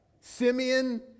Simeon